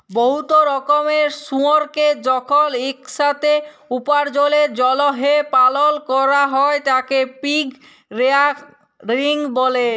বহুত রকমের শুয়রকে যখল ইকসাথে উপার্জলের জ্যলহে পালল ক্যরা হ্যয় তাকে পিগ রেয়ারিং ব্যলে